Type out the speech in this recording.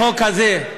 החוק הזה,